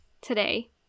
today